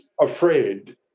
afraid